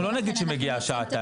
אבל אנחנו לא נגיד שמגיע שעתיים,